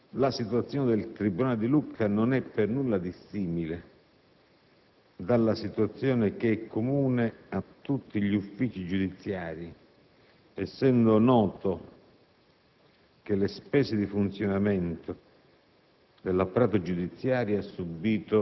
Per quanto riguarda invece la diminuzione dei fondi, la situazione del tribunale di Lucca non è per nulla dissimile dalla situazione comune a tutti gli uffici giudiziari, essendo noto